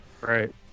Right